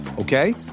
okay